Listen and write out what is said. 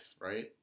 right